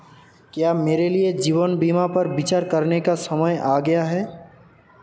क्या मेरे लिए जीवन बीमा पर विचार करने का समय आ गया है?